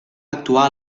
actuà